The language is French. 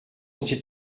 c’est